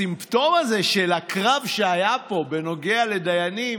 הסימפטום הזה, הקרב שהיה פה בנוגע לדיינים,